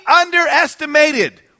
underestimated